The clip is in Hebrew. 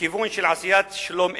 בכיוון של עשיית שלום אמת.